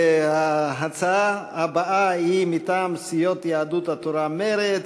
ההצעה הבאה היא מטעם סיעות יהדות התורה ומרצ: